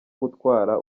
gutwara